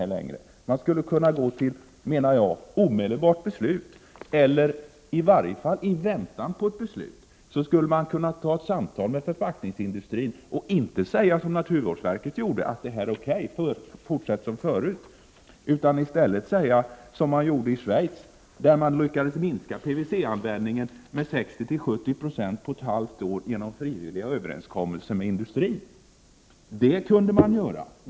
Jag menar att man skall gå till omedelbart beslut, men i väntan på beslutet kan man diskutera med företrädare för förpackningsindustrin, utan att ha samma inställning som naturvårdsverket, dvs. att man skall fortsätta som tidigare. Istället bör man göra som i Schweiz, där man genom frivilliga överenskommelser med industrin lyckades minska PVC-användningen med 60-70 90 under ett halvt år. Det är vad man borde göra.